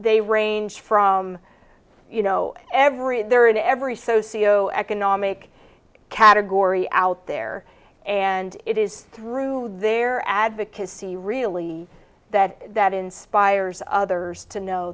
they range from you know every their into every socio economic category out there and it is through their advocacy really that that inspires others to know